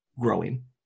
growing